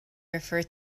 refer